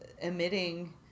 emitting